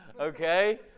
okay